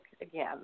again